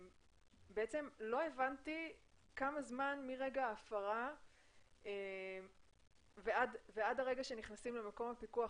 לא הבנתי כמה זמן עובר מרגע ההפרה עד הרגע שנכנסים למקום הפיקוח.